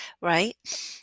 Right